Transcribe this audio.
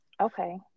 Okay